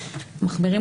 מחמירים,